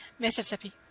Mississippi